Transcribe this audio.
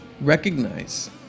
recognize